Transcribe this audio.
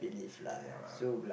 yeah lah